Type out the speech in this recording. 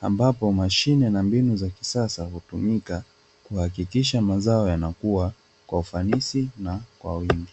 Ambapo mashine na mbinu za kisasa hutumika kuhakikisha mazao yanakuwa kwa ufanisi na kwa wingi.